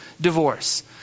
divorce